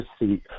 receive